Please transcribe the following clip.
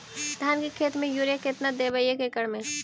धान के खेत में युरिया केतना देबै एक एकड़ में?